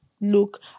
look